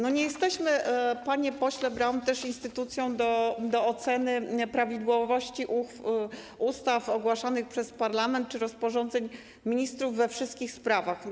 Nie jesteśmy też, panie pośle Braun, instytucją do oceny prawidłowości ustaw ogłaszanych przez parlament czy rozporządzeń ministrów we wszystkich sprawach.